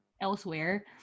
elsewhere